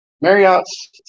Marriott's